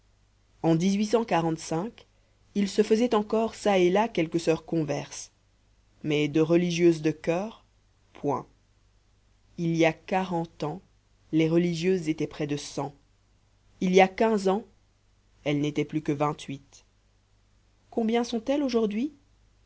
en il se faisait encore çà et là quelques soeurs converses mais de religieuses de choeur point il y a quarante ans les religieuses étaient près de cent il y a quinze ans elles n'étaient plus que vingt-huit combien sont-elles aujourd'hui